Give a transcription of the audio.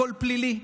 הכול פלילי.